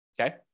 Okay